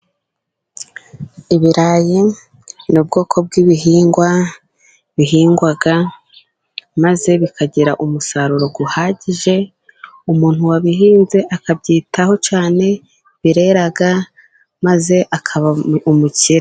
Ibirayi ni ubwoko bw'ibihingwa bihingwa maze bikagira umusaruro uhagije. Umuntu wabihinze akabyitaho cyane birera maze akaba umukire.